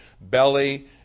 belly